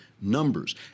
numbers